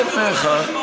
אחד אמר,